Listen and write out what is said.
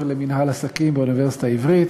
למינהל עסקים באוניברסיטה העברית,